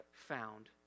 found